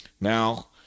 Now